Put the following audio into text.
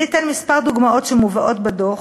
אני אתן כמה דוגמאות שמובאות בדוח.